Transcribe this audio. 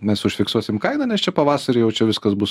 mes užfiksuosim kainą nes čia pavasarį jau čia viskas bus